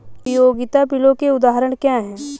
उपयोगिता बिलों के उदाहरण क्या हैं?